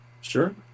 Sure